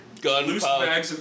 Gunpowder